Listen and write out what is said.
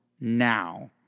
now